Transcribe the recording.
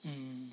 mm